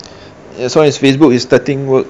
that's why facebook is starting work